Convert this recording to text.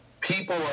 people